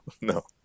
No